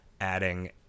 adding